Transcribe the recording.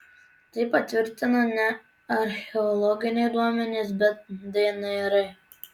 tai patvirtina ne archeologiniai duomenys bet dnr